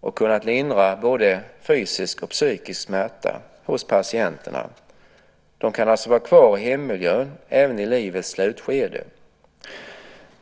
och kunnat lindra både fysisk och psykisk smärta hos patienterna. De kan alltså vara kvar i hemmiljön även i livets slutskede.